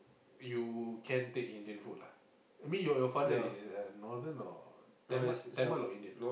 you can take Indian food lah I mean your your father is Northern or Tamil Tamil or Indian